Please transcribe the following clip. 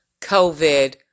COVID